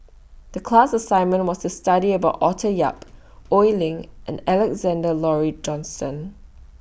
The class assignment was to study about Arthur Yap Oi Lin and Alexander Laurie Johnston